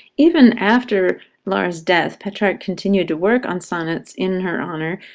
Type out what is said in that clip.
even after laura's death, petrarch continued to work on sonnets in her honor,